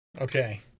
Okay